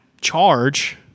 charge